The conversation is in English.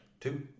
Two